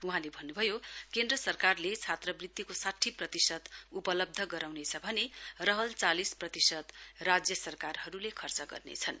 वहाँले भन्नभयो केन्द्र सरकारले छात्रवृत्तिको साठी प्रतिशत उपलब्ध गराउनेछ भने रहल चालिस प्रतिशत राज्य सरकारहरुले खर्च गर्नेछन्